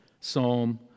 Psalm